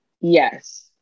Yes